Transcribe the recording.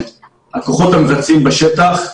הכוחות המבצעים בשטח.